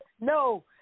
No